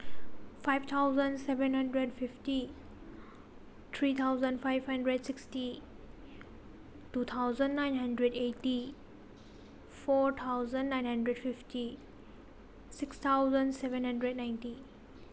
five thousand seven hundred fifty three thousand five hundred sixty two thousand nine hundred eighty four thousand nine hundred fifty six thousand seven hundred ninety